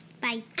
Bye